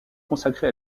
consacrée